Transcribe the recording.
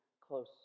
close